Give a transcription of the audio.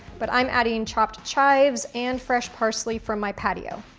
but i'm adding chopped chives and fresh parsley from my patio.